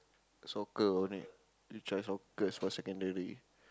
soccer only you try soccer for secondary